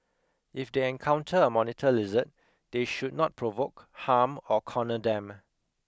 if they encounter a monitor lizard they should not provoke harm or corner them